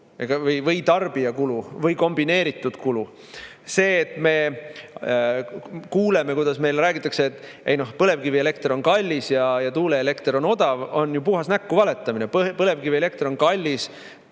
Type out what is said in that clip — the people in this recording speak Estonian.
tarbija kulu või kombineeritud kulu. See, kuidas meile räägitakse, et põlevkivielekter on kallis ja tuuleelekter on odav, on ju puhas näkku valetamine. Põlevkivielekter on kallis